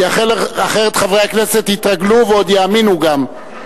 כי אחרת חברי הכנסת יתרגלו ועוד יאמינו גם.